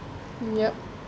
yup